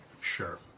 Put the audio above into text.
Sure